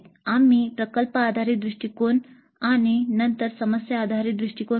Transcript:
आम्ही प्रकल्प आधारित दृष्टीकोन आणि नंतर समस्या आधारित दृष्टीकोन पाहिला